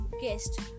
guest